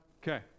Okay